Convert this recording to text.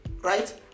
Right